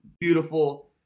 Beautiful